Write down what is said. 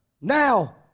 Now